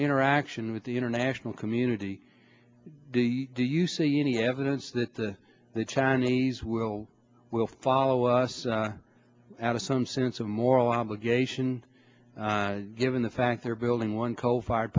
interaction with the international community do you see any evidence that the chinese will will follow us out of some sense of moral obligation given the fact they're building one coal fired